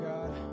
God